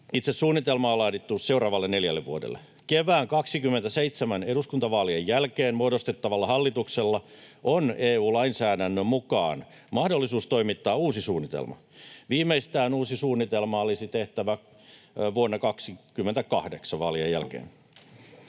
Itse suunnitelma on laadittu seuraavalle neljälle vuodelle. Kevään 27 eduskuntavaalien jälkeen muodostettavalla hallituksella on EU-lainsäädännön mukaan mahdollisuus toimittaa uusi suunnitelma. Viimeistään uusi suunnitelma olisi tehtävä vuonna 28 vaalien jälkeen.